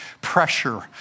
pressure